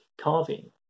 carving